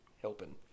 helping